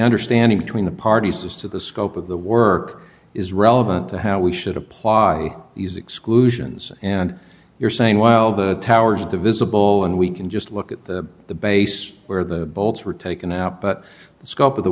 understanding between the parties as to the scope of the work is relevant to how we should apply these exclusions and you're saying well the powers of the visible and we can just look at the the base where the bolts were taken out but